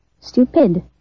stupid